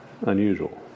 unusual